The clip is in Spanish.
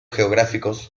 geográficos